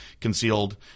concealed